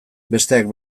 besteak